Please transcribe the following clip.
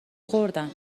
خوردن